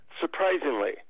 Surprisingly